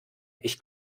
ich